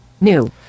new